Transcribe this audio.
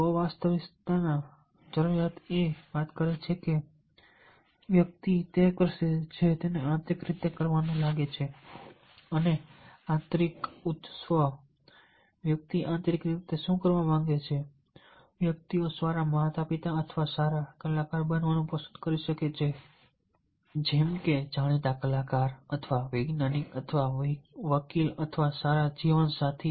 સ્વ વાસ્તવિકકરણની જરૂરિયાતો એ વાત કરે છે કે વ્યક્તિ તે કરશે જે તેને આંતરિક રીતે કરવાનું લાગે છે અને આંતરિક ઉચ્ચ સ્વ વ્યક્તિ આંતરિક રીતે શું કરવા માંગે છે વ્યક્તિઓ સારા માતાપિતા અથવા સારા કલાકાર બનવાનું પસંદ કરી શકે છે જેમ કે જાણીતા કલાકાર અથવા વૈજ્ઞાનિક અથવા વકીલ અથવા સારા જીવનસાથી